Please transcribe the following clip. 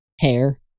Hair